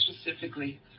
specifically